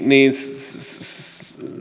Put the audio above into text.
siis